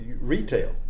retail